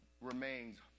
remains